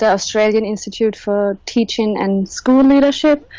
yeah australian institute for teaching and school leadership